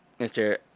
Mr